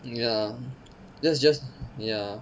ya that's just ya